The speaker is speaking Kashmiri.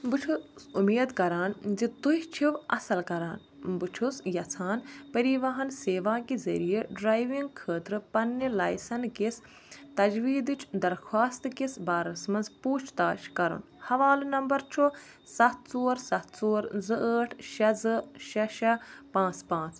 بہٕ چھُس اُمید کَران زِ تُہۍ چھُو اصٕل کَران بہٕ چھُس یَژھان پریٖواہن سیوا کہِ ذریعہِ ڈرٛاوِنٛگ خٲطرٕ پننہِ لایسَنکِس تجویٖدٕچ درخوٛاست کِس بارس منٛز پوٗچھ تاچھ کَرُن حوالہٕ نمبر چھُ سَتھ ژور سَتھ ژور زٕ ٲٹھ شےٚ زٕ شےٚ شےٚ پانٛژھ پانٛژھ